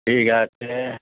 ঠিক আছে